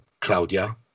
Claudia